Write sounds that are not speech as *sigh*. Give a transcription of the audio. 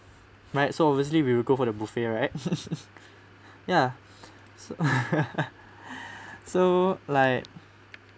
right so obviously we will go for the buffet right *laughs* ya so like *laughs*